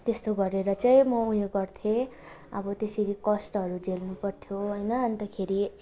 त्यस्तो गरेर चाहिँ म उयो गर्थेँ अब त्यसरी कष्टहरू झेल्नु पर्थ्यो होइन अन्तखेरि